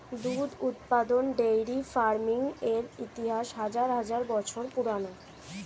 দুধ উৎপাদন dairy farming এর ইতিহাস হাজার হাজার বছর পুরানো